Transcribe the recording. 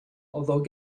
although